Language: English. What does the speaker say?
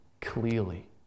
clearly